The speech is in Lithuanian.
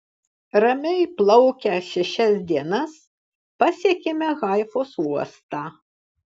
ramiai plaukę šešias dienas pasiekėme haifos uostą